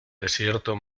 desierto